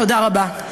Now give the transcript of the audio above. תודה רבה.